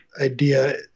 idea